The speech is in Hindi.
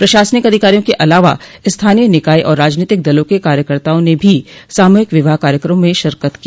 प्रशासनिक अधिकारियों के अलावा स्थानीय निकाय और राजनीतिक दलों के कार्यकर्ताओं ने भी सामूहिक विवाह कार्यक्रमों में शिरकत की